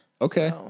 Okay